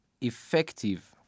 effective